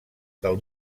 del